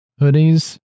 hoodies